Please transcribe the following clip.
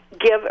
give